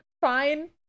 fine